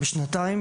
בשנתיים,